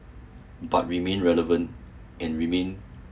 but remain relevant and remain